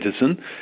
citizen